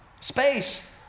space